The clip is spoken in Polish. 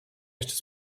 jeszcze